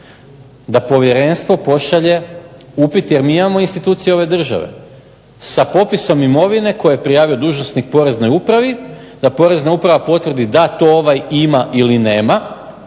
da povjerenstvo pošalje upit jer mi imamo institucije ove države, sa popisom imovine koji je prijavio dužnosnik poreznoj uprava da porezna uprava potvrdi da to ovaj ima ili nema